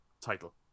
title